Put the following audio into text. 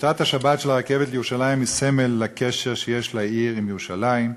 שביתת השבת של הרכבת לירושלים היא סמל לקשר שיש לעיר עם ירושלים,